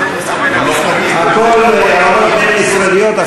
הכול הבנות בין-משרדיות,